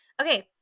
okay